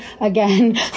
again